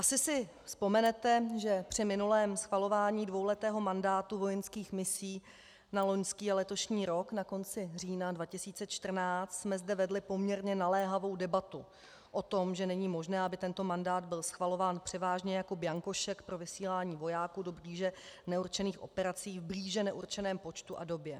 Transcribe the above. Asi si vzpomenete, že při minulém schvalování dvouletého mandátu vojenských misí na loňský a letošní rok na konci října 2014 jsme zde vedli poměrně naléhavou debatu o tom, že není možné, aby tento mandát byl schvalován převážně jako bianko šek pro vysílání vojáků do blíže neurčených operací v blíže neurčeném počtu a době.